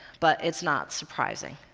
but it's not surprising.